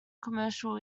commercial